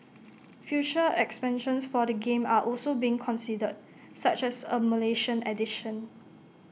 future expansions for the game are also being considered such as A Malaysian edition